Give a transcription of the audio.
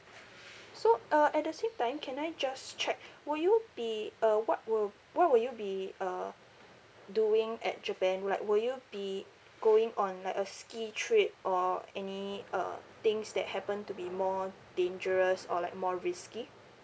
so uh at the same time can I just check will you be uh what will what will you be uh doing at japan will like will you be going on like a ski trip or any uh things that happen to be more dangerous or like more risky